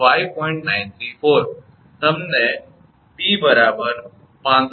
934 તમને 𝑇 564